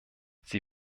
sie